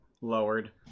lowered